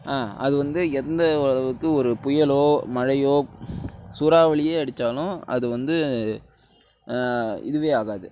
அது வந்து எந்த அளவுக்கு ஒரு புயலோ மழையோ சூறாவளியே அடிச்சாலும் அது வந்து இதுவே ஆகாது